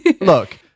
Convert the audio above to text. Look